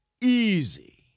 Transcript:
easy